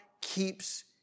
keeps